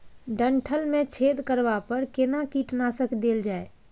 डंठल मे छेद करबा पर केना कीटनासक देल जाय?